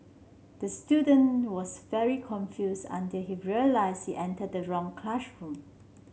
the student was very confused until he realised he entered the wrong